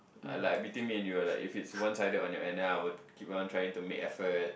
ah like between me and you lah like if it's one sided on your end then I will keep on trying to make effort